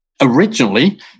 originally